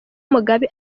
mugabe